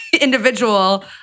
individual